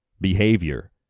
behavior